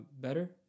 better